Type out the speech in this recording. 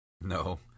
No